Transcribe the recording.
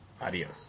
Adios